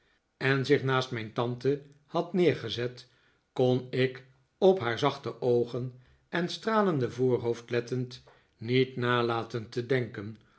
en zich naast mijn tante had neergezet kon ik op haar zachte oogen en stralende voorhoofd lettend niet nalaten te denken